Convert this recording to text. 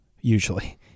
usually